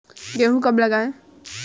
गेहूँ कब लगाएँ?